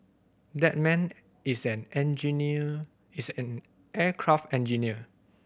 that man is an engineer is an aircraft engineer